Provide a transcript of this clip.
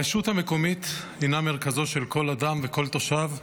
הרשות המקומית הינה מרכזו של כל אדם וכל תושב,